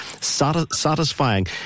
satisfying